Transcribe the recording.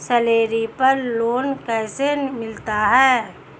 Salary पर loan कैसे मिलता है?